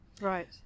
Right